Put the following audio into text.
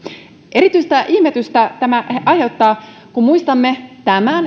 erityistä ihmetystä tämä aiheuttaa kun muistamme